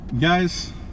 Guys